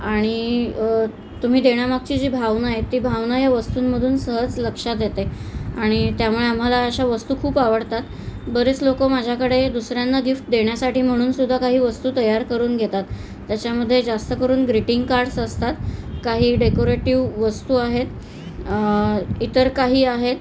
आणि तुम्ही देण्यामागची जी भावना आहे ती भावना या वस्तूंमधून सहज लक्षात येते आणि त्यामुळे आम्हाला अशा वस्तू खूप आवडतात बरेच लोकं माझ्याकडे दुसऱ्यांना गिफ्ट देण्यासाठी म्हणूनसुद्धा काही वस्तू तयार करून घेतात त्याच्यामध्ये जास्त करून ग्रिटिंग कार्ड्स असतात काही डेकोरेटिव्ह वस्तू आहेत इतर काही आहेत